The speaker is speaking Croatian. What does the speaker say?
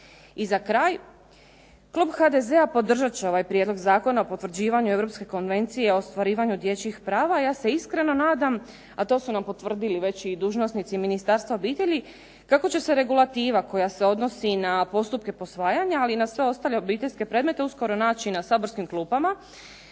I za kraj, klub HDZ-a podržat će ovaj Prijedlog zakona o potvrđivanju Europske konvencije o ostvarivanju dječjih prava. Ja se iskreno nadam a to su nam potvrdili već i dužnosnici Ministarstva obitelji kako će se regulativa koja se odnosi na postupke posvajanja ali i na sve ostale obiteljske predmete uskoro naći na saborskim klupama